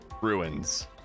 ruins